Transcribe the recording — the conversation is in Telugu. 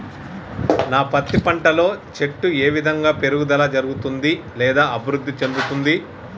నా పత్తి పంట లో చెట్టు ఏ విధంగా పెరుగుదల జరుగుతుంది లేదా అభివృద్ధి చెందుతుంది?